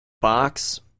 box